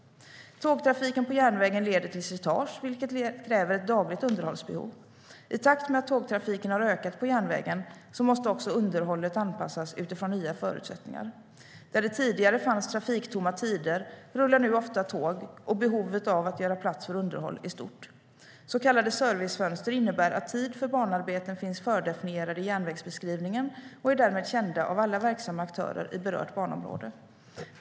Tågtrafiken på järnvägen leder till slitage, vilket kräver dagligt underhåll. I takt med att tågtrafiken har ökat på järnvägen måste också underhållet anpassas utifrån nya förutsättningar. Där det tidigare fanns trafiktomma tider rullar nu ofta tåg, och behovet att göra plats för underhållet är stort. Så kallade servicefönster innebär att tid för banarbeten finns fördefinierade i järnvägsnätsbeskrivningen och därmed är kända av alla verksamma aktörer i berört banområde.